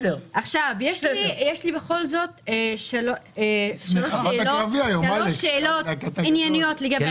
יש לי בכל זאת שלוש שאלות ענייניות לגבי התקציב.